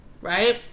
Right